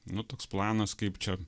nu toks planas kaip čia